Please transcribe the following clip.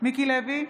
מיקי לוי,